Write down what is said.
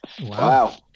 Wow